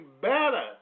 better